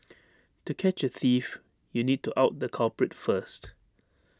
to catch A thief you need to out the culprit first